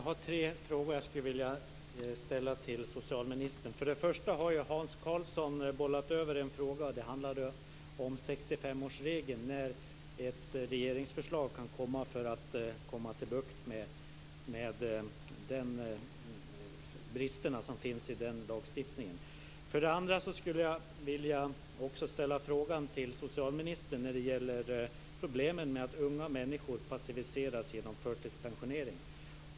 Herr talman! Jag vill ställa tre frågor till socialministern. För det första gäller det Hans Karlssons fråga om när det kan komma ett regeringsförslag om 65 årsregeln för att få bukt med bristerna i lagstiftningen. För det andra vill jag ställa en fråga till socialministern om problemet med unga människor som passiviseras genom förtidspensionering.